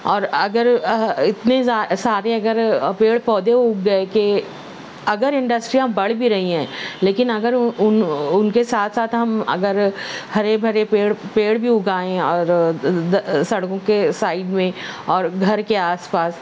اور اگر اتنے سارے اگر پیڑ پودے اگ گیے کہ اگر انڈسٹریاں بڑھ بھی رہی ہیں لیکن اگر ان ان کے ساتھ ساتھ ہم اگر ہرے بھرے پیڑ پیڑ بھی اگائیں اور سڑکوں کے سائڈ میں اور گھر کے آس پاس